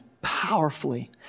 Powerfully